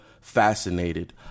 fascinated